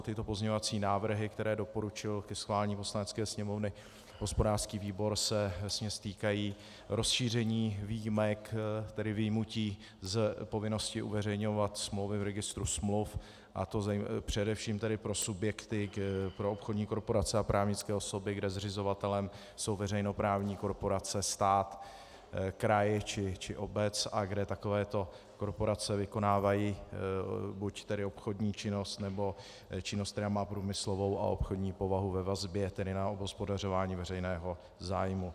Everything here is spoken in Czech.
Tyto pozměňovací návrhy, které doporučil ke schválení Poslanecké sněmovny hospodářský výbor, se vesměs týkají rozšíření výjimek, tedy vyjmutí z povinnosti uveřejňovat smlouvy v registru smluv, a to především pro subjekty, pro obchodní korporace a právnické osoby, kde zřizovatelem jsou veřejnoprávní korporace, stát, kraj či obec a kde takovéto korporace vykonávají buď obchodní činnost, nebo činnost, která má průmyslovou a obchodní povahu ve vazbě, tedy na obhospodařování veřejného zájmu.